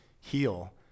heal